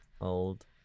old